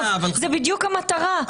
זו בדיוק המטרה.